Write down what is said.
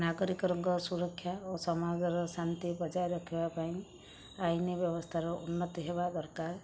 ନାଗରିକଙ୍କ ସୁରକ୍ଷା ଓ ସମାଜର ଶାନ୍ତି ବଜାୟ ରଖିବା ପାଇଁ ଆଇନ ବ୍ୟବସ୍ଥାର ଉନ୍ନତି ହେବା ଦରକାର